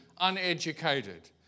uneducated